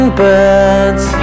birds